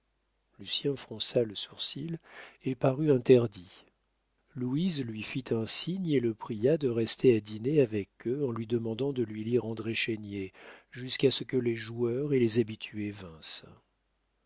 entra lucien fronça le sourcil et parut interdit louise lui fit un signe et le pria de rester à dîner avec eux en lui demandant de lui lire andré chénier jusqu'à ce que les joueurs et les habitués vinssent